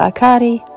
Akari